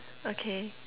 okay